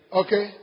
okay